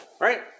right